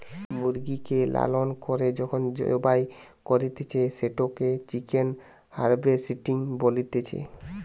মুরগিকে লালন করে যখন জবাই করতিছে, সেটোকে চিকেন হার্ভেস্টিং বলতিছে